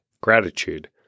gratitude